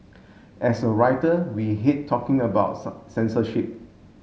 as a writer we hate talking about censorship